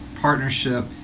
Partnership